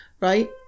right